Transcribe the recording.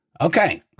Okay